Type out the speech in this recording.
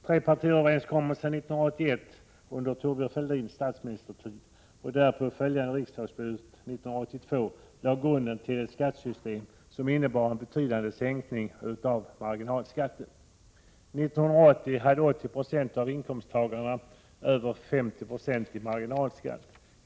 Trepartiöverenskommelsen 1981 under Thorbjörn Fälldins statsministertid och därpå följande riksdagsbeslut 1982 lade grunden till ett skattesystem som innebar en betydande sänkning av marginalskatten. 1980 hade 80 96 av inkomsttagarna över 50 96 i marginalskatt.